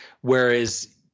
whereas